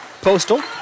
Postal